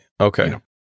Okay